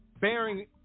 Bearing